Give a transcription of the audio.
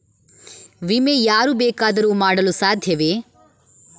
ವಿಮೆ ಯಾರು ಬೇಕಾದರೂ ಮಾಡಲು ಸಾಧ್ಯವೇ?